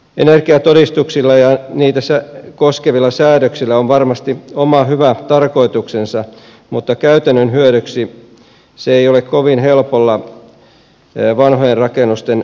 energiatodistuksilla ja niitä koskevilla säädöksillä on varmasti oma hyvä tarkoituksensa mutta käytännön hyödyksi se ei kovin helpolla vanhojen rakennusten kohdalla etene